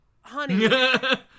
honey